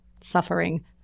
suffering